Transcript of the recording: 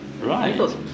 right